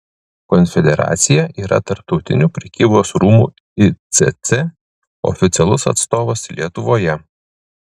konfederacija yra tarptautinių prekybos rūmų icc oficialus atstovas lietuvoje